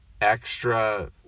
extra